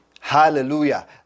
Hallelujah